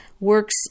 works